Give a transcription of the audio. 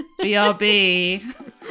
BRB